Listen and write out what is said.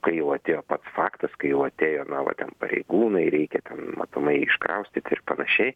kai jau atėjo pats faktas kai jau atėjo na va ten pareigūnai reikia ten matomai iškraustyti ir panašiai